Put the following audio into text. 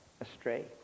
astray